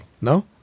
No